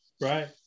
right